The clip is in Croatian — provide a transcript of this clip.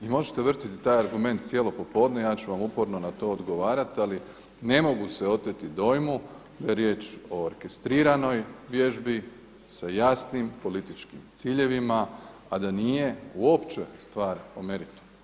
Vi možete vrtiti taj argument cijelo popodne, ja ću vam uporno na to odgovarati, ali ne mogu se oteti dojmu da je riječ o orkestriranoj vježbi, sa jasnim političkim ciljevima, a da nije uopće stvar o meritumu.